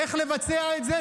איך לבצע את זה?